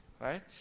Right